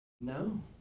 no